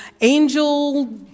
angel